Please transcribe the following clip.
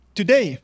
today